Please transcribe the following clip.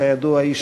כידוע,